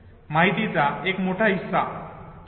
माहितीचा एक मोठा हिस्सा ठीक आहे